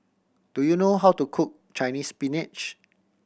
do you know how to cook Chinese Spinach